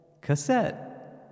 cassette